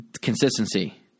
consistency